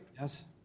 Yes